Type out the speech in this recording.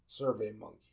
SurveyMonkey